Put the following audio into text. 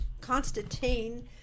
Constantine